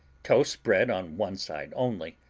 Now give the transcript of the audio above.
toast bread on one side only,